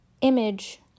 image